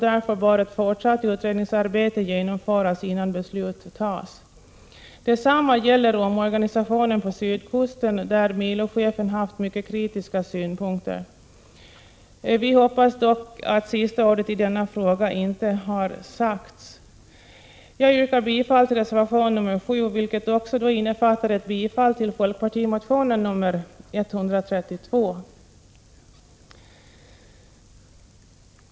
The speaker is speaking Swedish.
Därför bör ett fortsatt utredningsarbete genomföras innan beslut fattas. Detsamma gäller omorganisationen på sydkusten. Milochefen har haft mycket kritiska synpunkter i detta avseende. Vi hoppas dock att sista ordet i denna fråga inte är sagt. Jag yrkar bifall till reservation 7, vilket också innefattar bifall till folkpartimotionen Fö132.